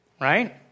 Right